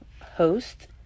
host